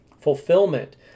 fulfillment